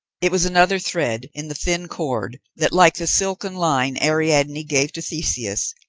it was another thread in the thin cord that, like the silken line ariadne gave to theseus,